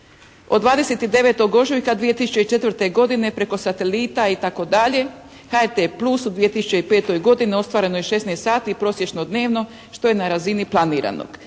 Od 29. ožujka 2004. godine preko satelita itd. HRT Plus u 2005. godini ostvareno je 16 sati prosječno dnevno što je na razini planiranog.